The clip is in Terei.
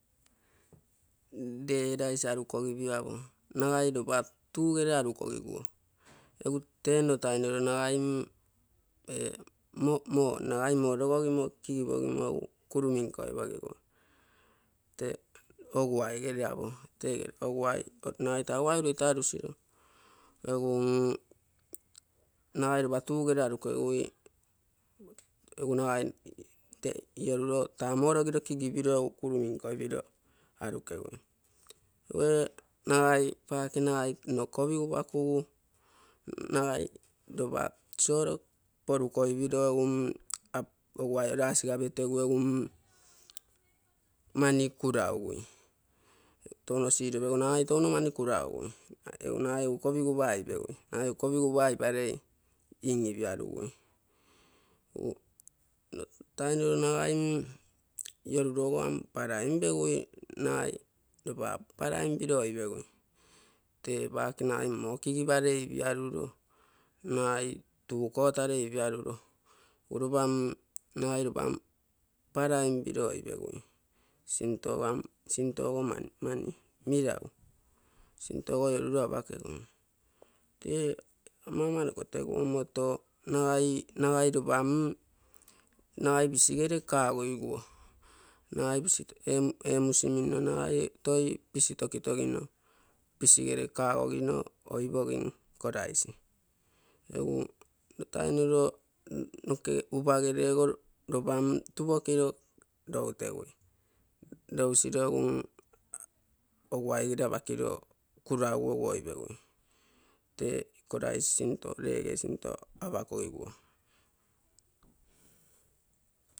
Lee rice arukogipio apo, nagai lopa tugere arakogiguo egu tee nno tainoro nagai moo logogima kigipogao kuru minkoipogiguo, tee oguaigere apo, nagai taa oguai ureita arutoipogiguo, egu mm nagai lopa tugere arukegui egu nagai oruso tua moo logiro egu kigipiro arukegui. Egu ee nagai nno kogigupa kugu nagai lopa solo poruko ipiro egu mm oguoi o lagge petegu egu mm mani kuraugui, touno siropegu nagai touno mani kurougui egu nagai egu kogigupa ooipegui, nagai egu kogigupa oiparei in-ipiarugui. Egu nnotainoro nagai mm iorurogo am parain pegui nagai lopa paraim piro oipegu, tee paake nagai moo kigiparei ipiaruro, nagai tuu kotarei ipiaaruro egu ropa mm nagaii ropa paraim, piro oipegui, sintogo meragu sintogo ioruro apakegui. Tee amaama-noko tegu omoto nagai mu nagai pisigare kagogiguo, ee musi minno nagai toi pisi toki togino pisigere ropa tupokiro loutegui, lousiro egu oguaigere apakiro kuraugu egu oipegui, tee iko rice lege sinto apa kogiguo.